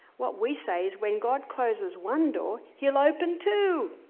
what we say is when god closes one door he'll open two.